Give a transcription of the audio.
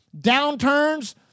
downturns